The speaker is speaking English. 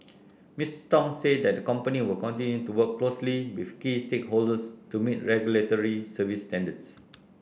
Mister Tong said the company will continue to work closely with key stakeholders to meet regulatory service standards